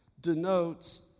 denotes